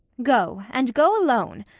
go, and go alone,